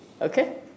Okay